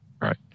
right